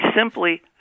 simply